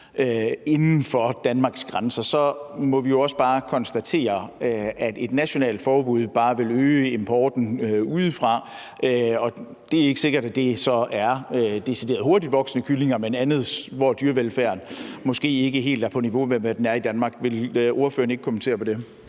inden for Danmarks grænser, må vi også bare konstatere, at et nationalt forbud bare vil øge importen udefra, og det er ikke sikkert, at det decideret er hurtigtvoksende kyllinger, men så er dyrevelfærden måske ikke helt på niveau med, hvad den er i Danmark. Vil ordføreren ikke kommentere på det?